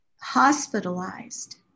hospitalized